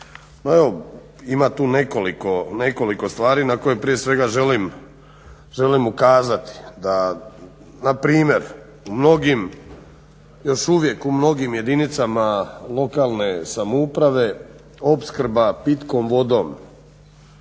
ima tu nekoliko stvari na koje prije svega želim ukazati da na primjer u mnogim, još uvijek u mnogim jedinicama lokalne samouprave opskrba pitkom vodom